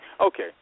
Okay